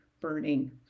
burning